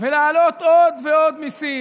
להעלות עוד ועוד מיסים.